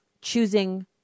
choosing